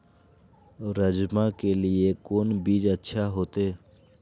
राजमा के लिए कोन बीज अच्छा होते?